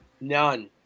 None